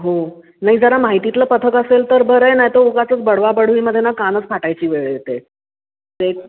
हो नाही जरा माहितीतलं पथक असेल तर बरं आहे नाहीतर उगाचच बडवाबडवीमध्ये ना कानच फाटायची वेळ येते ते